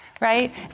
right